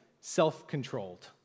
self-controlled